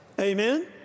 Amen